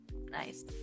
nice